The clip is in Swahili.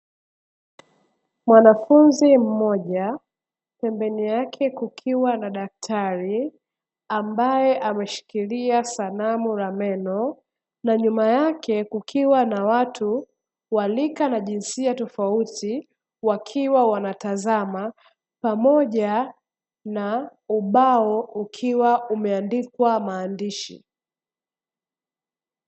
Mwanafunzi mmoja pembeni yake kukiwa na daktari, ambaye ameshikilia sanamu la meno na nyuma yake kukiwa na watu wa rika na jinsia tofauti wakiwa wanatazama pamoja na ubao ukiwa umeandikwa maandishi.